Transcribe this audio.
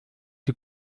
die